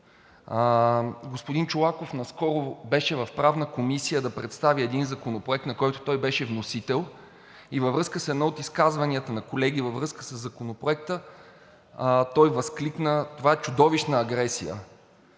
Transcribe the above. Господин Чолаков наскоро беше в Правната комисия да представи един законопроект, на който той беше вносител, и във връзка с едно от изказванията на колеги по законопроекта той възкликна: „Това е чудовищна агресия!“.